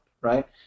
right